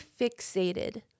fixated